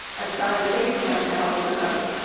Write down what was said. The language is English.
as far as base camp, to help with the cooking.